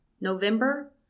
November